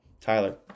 Tyler